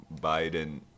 Biden